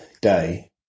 day